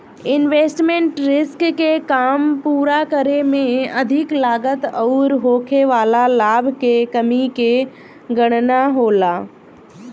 investment risk के काम पूरा करे में अधिक लागत अउरी होखे वाला लाभ के कमी के गणना होला